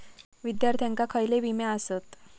विद्यार्थ्यांका खयले विमे आसत?